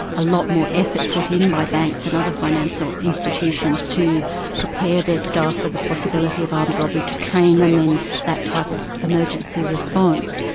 a lot more effort put in by banks and other financial institutions, to prepare their staff for the possibility of armed robbery, to train them in that type of emergency response.